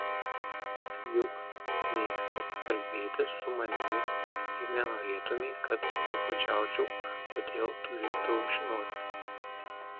juk mėgsti kalbėti su manimi ir nenorėtumei kad nuobodžiaučiau todėl turi daug žinoti